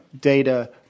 Data